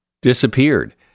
disappeared